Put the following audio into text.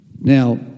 Now